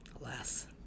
Alas